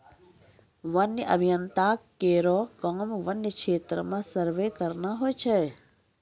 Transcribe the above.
वन्य अभियंता केरो काम वन्य क्षेत्र म सर्वे करना होय छै